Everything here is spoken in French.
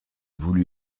voulu